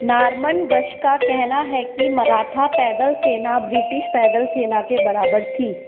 Norman Gash का कहना है कि मराठा पैदल सेना ब्रिटिश पैदल सेना के बराबर थी